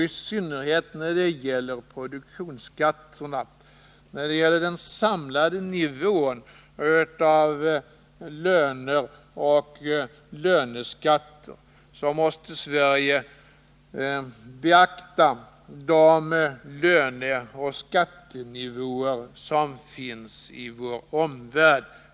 I synnerhet när det gäller produktionsskatterna, när det gäller den samlade nivån av löner och löneskatter, måste Sverige beakta de löneoch skattenivåer som finns i vår omvärld.